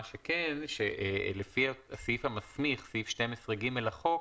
מה שכן, שלפי הסעיף המסמיך סעיף 12ג' לחוק,